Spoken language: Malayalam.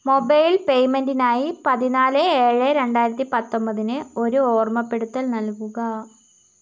മൊബൈൽ പേയ്മെന്റിനായി പതിനാല് ഏഴ് രണ്ടായിരത്തി പത്തൊമ്പതിന് ഒരു ഓർമ്മപ്പെടുത്തൽ നൽകുക